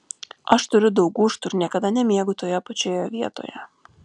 aš turiu daug gūžtų ir niekada nemiegu toje pačioje vietoje